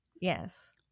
Yes